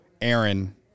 aaron